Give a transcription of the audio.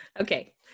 Okay